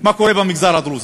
מה קורה במגזר הדרוזי,